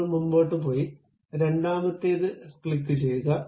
നമ്മൾ മുന്നോട്ട് പോയി രണ്ടാമത്തേത് ക്ലിക്കുചെയ്യുക ചെയ്തു